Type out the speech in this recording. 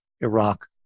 Iraq